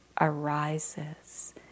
arises